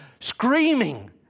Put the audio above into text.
Screaming